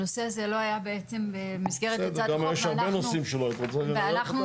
הנושא הזה לא היה בעצם במסגרת הצעת החוק ואנחנו --- בסדר.